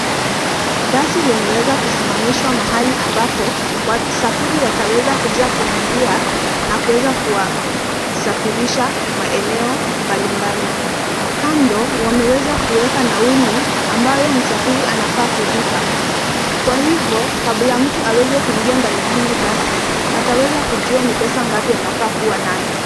Basi limeweza kusimamishwa mahali ambapo wasafiri wataweza kuja kuingia na kuweza kuwasafirisha maeneo mbalimbali. Kando wameweza kuweka nauli ambayo msafiri anafaa kulipa. Kwa hivyo kabla mtu aweze kuingia ndani ya hili basi ataweza kujua ni pesa ngapi anafaa kuwa nayo.